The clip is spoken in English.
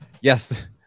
Yes